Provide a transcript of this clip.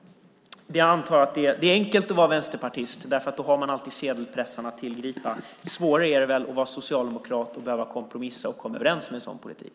Jag antar att det är enkelt att vara vänsterpartist, för då har man alltid sedelpressarna att tillgripa. Svårare är det nog att vara socialdemokrat och behöva kompromissa och komma överens om en sådan politik.